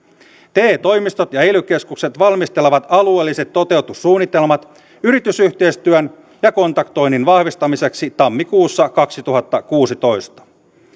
te toimistot ja ely keskukset valmistelevat alueelliset toteutussuunnitelmat yritysyhteistyön ja kontaktoinnin vahvistamiseksi tammikuussa kaksituhattakuusitoista